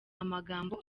amagambo